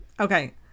Okay